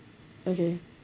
okay